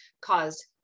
caused